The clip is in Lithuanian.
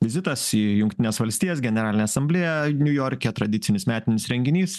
vizitas į jungtines valstijas generalinę asamblėją niujorke tradicinis metinis renginys